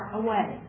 away